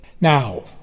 Now